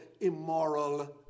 immoral